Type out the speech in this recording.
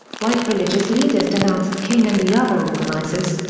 white religious leaders denounced king and the other organizers,